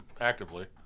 actively